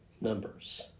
numbers